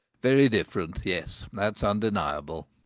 very different, yes. that's undeniable.